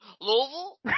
Louisville